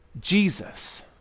Jesus